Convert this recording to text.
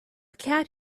cat